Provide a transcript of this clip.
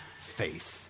faith